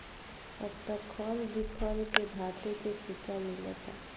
अब त खल बिखल के धातु के सिक्का मिलता